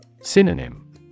Synonym